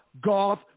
goth